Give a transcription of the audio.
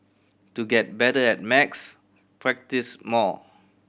to get better at maths practise more